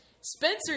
Spencer